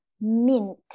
mint